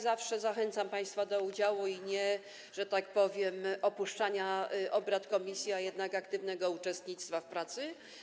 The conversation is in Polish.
Zawsze zachęcam państwa do udziału i, że tak powiem, nie opuszczania obrad komisji, tylko aktywnego uczestnictwa w pracy.